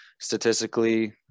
statistically